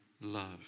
love